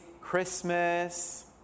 Christmas